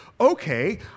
okay